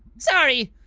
sorry,